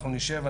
אנחנו נשב,